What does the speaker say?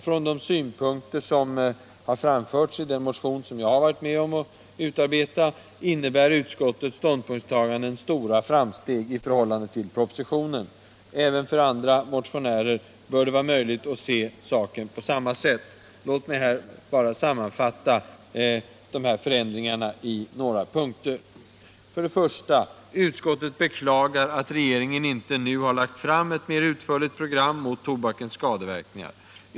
Från de synpunkter som har framförts i den motion jag har varit med om att utarbeta innebär utskottets ståndpunktstagande stora framsteg i förhållande till propositionen. Även för andra motionärer bör det vara möjligt att se saken på samma sätt. Låt mig bara sammanfatta de här förändringarna i några punkter. 1. Utskottet beklagar att regeringen inte nu har lagt fram ett mer utförligt program mot tobakens skadeverkningar.